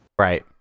Right